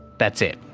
that's it.